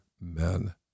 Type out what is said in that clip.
men